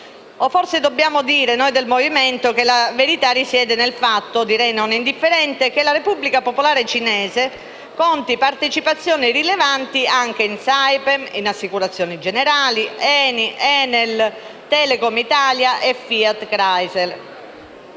Forse dobbiamo dire, noi del Movimento, che la verità risiede nel fatto - direi non indifferente - che la Repubblica popolare cinese conti partecipazioni rilevanti anche in Saipem, in Assicurazioni Generali, ENI, ENEL, Prysmian, Telecom Italia e Fiat Chrysler